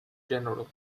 general